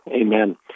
Amen